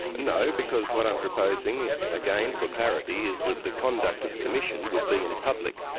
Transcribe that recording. no, because what i'm proposing, again for clarity, is that the conduct of the commission would be in public,